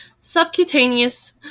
subcutaneous